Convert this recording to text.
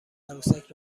عروسک